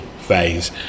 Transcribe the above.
phase